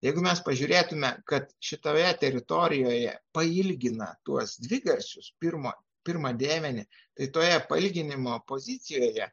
jeigu mes pažiūrėtume kad šitoje teritorijoje pailgina tuos dvigarsius pirmo pirmą dėmenį tai toje pailginimo pozicijoje